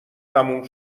تموم